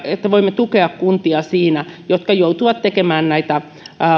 että voimme tukea kuntia siinä että ne joutuvat tekemään näitä